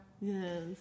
yes